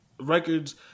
records